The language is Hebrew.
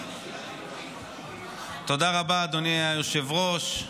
תודה רבה, אדוני היושב-ראש.